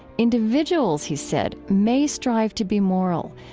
individuals, he said, may strive to be moral.